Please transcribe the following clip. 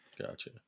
Gotcha